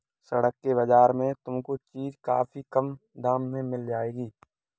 सड़क के बाजार में तुमको चीजें काफी कम दाम में मिल जाएंगी